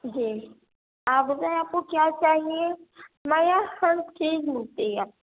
جی آپ بتائیں آپ کو کیا چاہیے ہمارے یہاں ہر چیز ملتی ہے